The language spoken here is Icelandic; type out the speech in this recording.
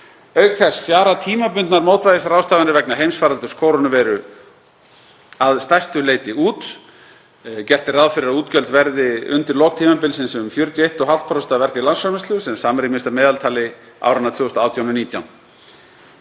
Auk þess fjara tímabundnar mótvægisráðstafanir vegna heimsfaraldurs kórónuveiru að stærstu leyti út. Gert er ráð fyrir að útgjöld verði undir lok tímabilsins um 41,5% af vergri landsframleiðslu sem samrýmist meðaltali áranna 2018 og 2019.